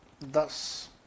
Thus